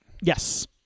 Yes